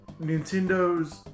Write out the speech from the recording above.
Nintendo's